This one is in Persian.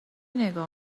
نگاه